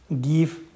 give